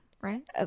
right